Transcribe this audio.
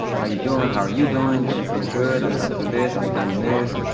how you doing? how are you doing? everything's good. i'm up to this. i'm doing this.